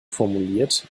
formuliert